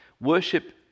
Worship